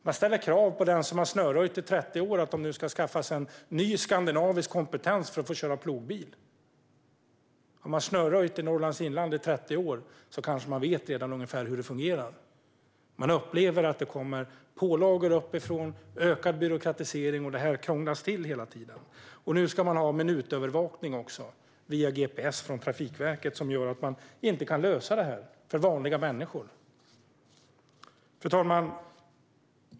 Man ställer krav på dem som har snöröjt i 30 år att de nu ska skaffa sig en ny skandinavisk kompetens för att få köra plogbil. Om man har snöröjt i Norrlands inland i 30 år kanske man redan vet ungefär hur det fungerar. Man upplever att det kommer pålagor uppifrån och en ökad byråkratisering, vilket gör att det här krånglas till hela tiden. Nu ska man också ha minutövervakning via gps från Trafikverket, vilket gör att man inte kan lösa det här för vanliga människor. Fru talman!